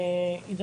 ביקשתי.